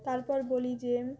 তারপর বলি যে